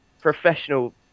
professional